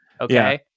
Okay